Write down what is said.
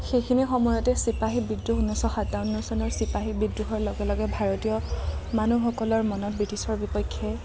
সেইখিনি সময়তে চিপাহী বিদ্ৰোহ ঊনৈছশ সাতৱন্ন চনৰ চিপাহী বিদ্ৰোহৰ লগে লগে ভাৰতীয় মানুহসকলৰ মনত ব্ৰিটিছৰ বিপক্ষে